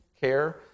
care